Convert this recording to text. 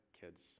kids